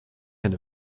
eine